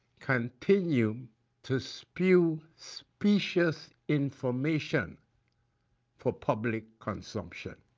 continue to spew specious information for public consumption.